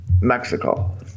Mexico